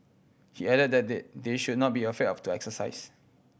he added that they they should not be afraid to exercise